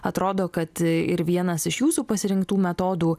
atrodo kad ir vienas iš jūsų pasirinktų metodų